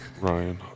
Ryan